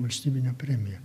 valstybinę premiją